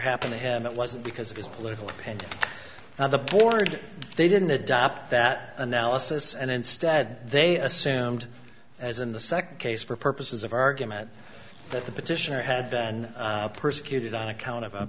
happened to him it wasn't because of his political opinion on the board they didn't adopt that analysis and instead they assumed as in the second case for purposes of argument that the petitioner had been persecuted on account of